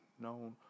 known